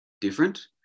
different